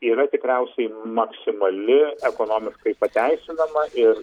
yra tikriausiai maksimali ekonomiškai pateisinama ir